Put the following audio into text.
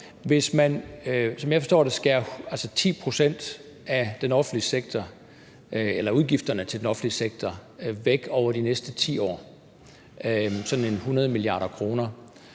man kan skære 10 pct. af udgifterne til den offentlige sektor væk over de næste 10 år, sådan en 100 mia. kr.